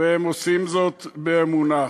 והם עושים זאת באמונה.